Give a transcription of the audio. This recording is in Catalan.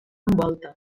volta